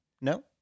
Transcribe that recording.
No